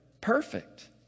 perfect